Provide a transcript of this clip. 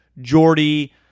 Jordy